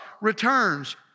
returns